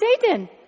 satan